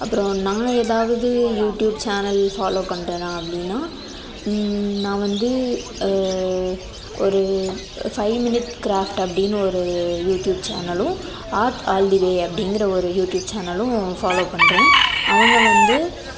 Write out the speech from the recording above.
அப்புறம் நான் ஏதாவது யூடியூப் சேனல் ஃபாலோ பண்ணுறேனா அப்படினா நான் வந்து ஒரு ஃபைவ் மினிட் கிராஃப்ட் அப்படின் ஒரு யூடியூப் சேனலும் ஆர்ட் ஆல் தி வே அப்படிங்கிற ஒரு யூடியூப் சேனலும் ஃபாலோ பண்ணுறேன் அவங்க வந்து